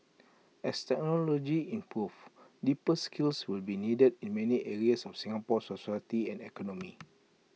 as technology improves deeper skills will be needed in many areas of Singapore's society and economy